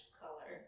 color